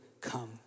come